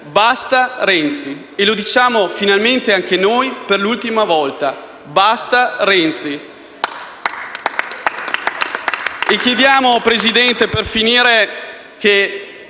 basta Renzi! E diciamo finalmente anche noi per l'ultima volta: basta Renzi!